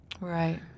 Right